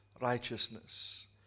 righteousness